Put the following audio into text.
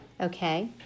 Okay